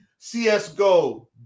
CSGO